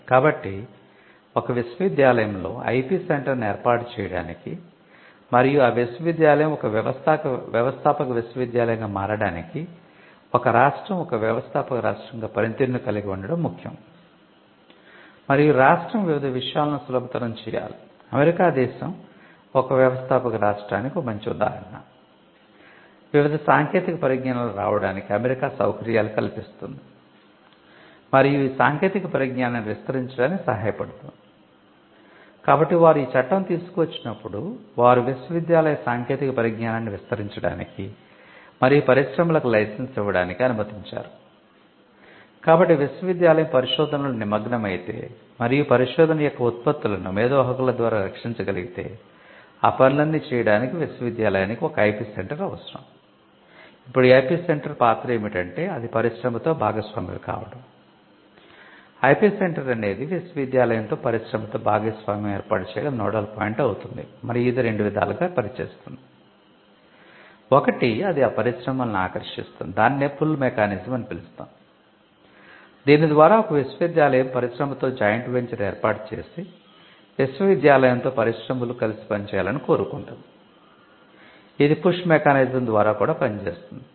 కాబట్టి ఒక విశ్వవిద్యాలయంలో ఐపి సెంటర్ను అనేది విశ్వవిద్యాలయంతో పరిశ్రమతో భాగస్వామ్యం ఏర్పాటు చేయగల నోడల్ పాయింట్ అవుతుంది మరియు ఇది రెండు విధాలుగా పనిచేస్తుంది